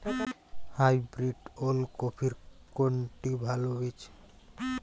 Hybrid ওল কপির কোনটি ভালো বীজ?